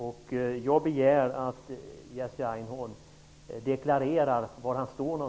Jag begär att Jerzy Einhorn deklarerar var han står.